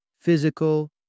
physical